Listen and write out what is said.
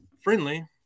friendly